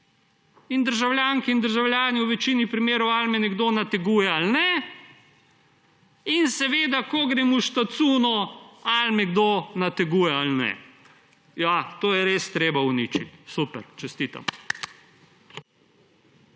in državljanke in državljani, v večini primerov, ali me nekdo nateguje ali ne, in ko grem v štacuno, ali me kdo nateguje ali ne. Ja, to je res treba uničiti. Super. Čestitam.